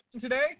today